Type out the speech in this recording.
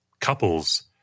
couples